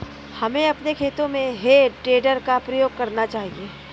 हमें अपने खेतों में हे टेडर का प्रयोग करना चाहिए